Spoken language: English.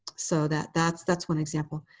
so that that's that's one example.